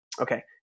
Okay